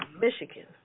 Michigan